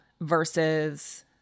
versus